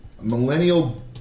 millennial